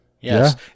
Yes